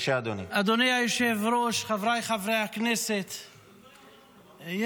רבה, חבר הכנסת קריב.